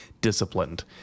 disciplined